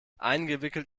eingewickelt